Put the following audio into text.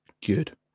good